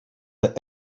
that